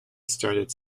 started